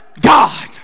God